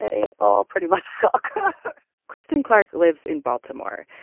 they all pretty much suck ah kristin clark lives in baltimore.